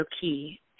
key